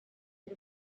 had